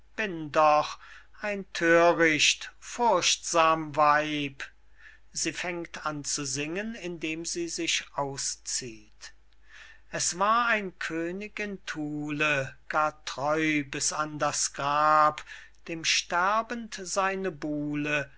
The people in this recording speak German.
doch ein thöricht furchtsam weib sie fängt an zu singen indem sie sich auszieht es war ein könig in thule gar treu bis an das grab dem sterbend seine buhle